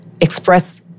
express